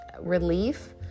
relief